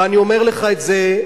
ואני אומר לך את זה,